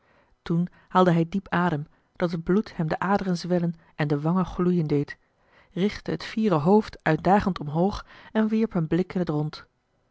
toen haalde hij diep adem dat het bloed hem de aderen zwellen en de wangen gloeien deed richtte het fiere hoofd uitdagend omhoog en wierp een blik in het rond